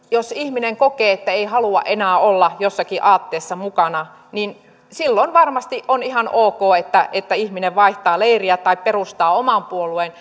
jos ihminen kokee että ei halua enää olla jossakin aatteessa mukana niin silloin varmasti on ihan ok että että ihminen vaihtaa leiriä tai perustaa oman puolueen